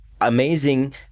amazing